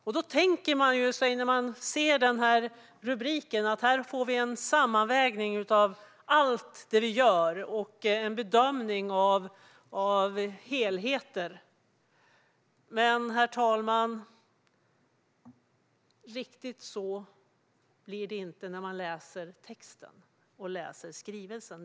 När man ser den rubriken tänker man sig att vi här får en sammanvägning av allt det vi gör och en bedömning av helheter. Men riktigt så blir det inte när man läser texten i skrivelsen.